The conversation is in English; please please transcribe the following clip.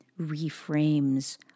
reframes